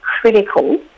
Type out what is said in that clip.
critical